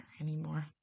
anymore